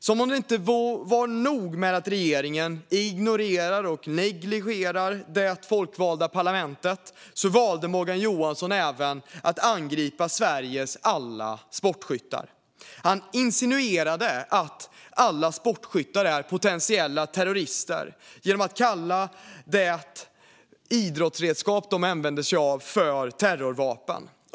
Som om det inte vore nog med att regeringen ignorerar och negligerar det folkvalda parlamentet valde Morgan Johansson även att angripa Sveriges alla sportskyttar. Han insinuerade att alla sportskyttar är potentiella terrorister genom att kalla det idrottsredskap de använder sig av för terrorvapen.